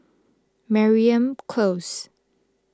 Mariam Close